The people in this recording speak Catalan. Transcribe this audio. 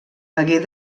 hagué